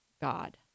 God